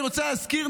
אני רוצה להזכיר,